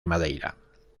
madeira